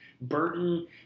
Burton